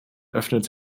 öffnet